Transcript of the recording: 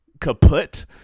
kaput